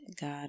God